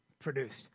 produced